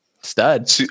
stud